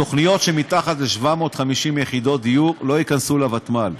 תוכניות שמתחת ל-750 יחידות דיור לא ייכנסו לוותמ"ל.